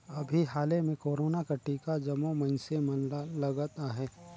अभीं हाले में कोरोना कर टीका जम्मो मइनसे मन ल लगत अहे